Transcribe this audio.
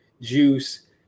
Juice